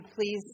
please